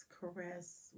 caress